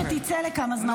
שבדקו אותם,